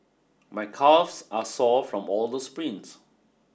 my calves are sore from all the sprints